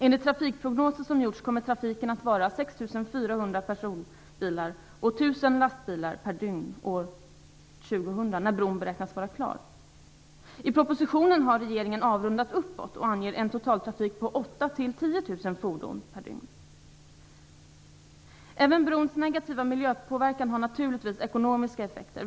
Enligt trafikprognoser som gjorts kommer trafiken att vara Även brons negativa miljöpåverkan har naturligtvis ekonomiska effekter.